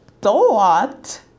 thought